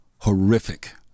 Horrific